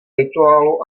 rituálu